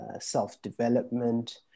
self-development